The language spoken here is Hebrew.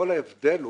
כל ההבדל הוא,